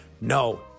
No